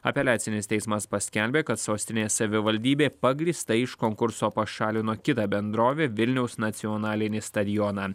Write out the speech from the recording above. apeliacinis teismas paskelbė kad sostinės savivaldybė pagrįstai iš konkurso pašalino kitą bendrovę vilniaus nacionalinį stadioną